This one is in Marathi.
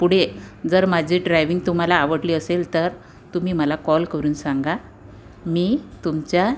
पुढे जर माझे ड्रायव्हिंग तुम्हाला आवडले असेल तर तुम्ही मला कॉल करून सांगा मी तुमच्या